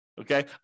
Okay